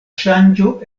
ŝanĝo